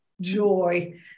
joy